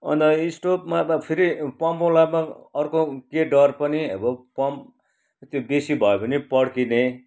अन्त स्टोभमा त फेरि पम्पवाला त अर्को के डर पनि अब पम्प त्यो बेसी भयो भने पड्किने